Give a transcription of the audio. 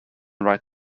right